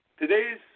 Today's